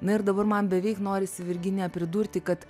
na ir dabar man beveik norisi virginija pridurti kad